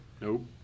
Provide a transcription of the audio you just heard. Nope